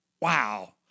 Wow